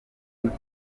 ariko